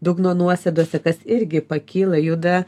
dugno nuosėdose kas irgi pakyla juda